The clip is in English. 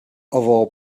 our